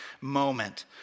moment